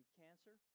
cancer